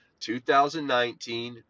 2019